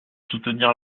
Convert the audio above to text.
soutenir